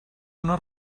una